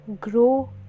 grow